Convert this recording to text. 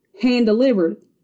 hand-delivered